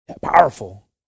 Powerful